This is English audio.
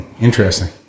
interesting